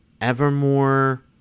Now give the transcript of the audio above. Evermore